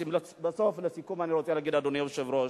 בסוף, לסיכום, אני רוצה להגיד, אדוני היושב-ראש,